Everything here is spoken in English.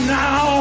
now